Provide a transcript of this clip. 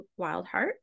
wildheart